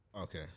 okay